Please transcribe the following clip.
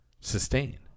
sustain